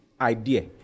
idea